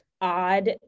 odd